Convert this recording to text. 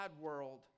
world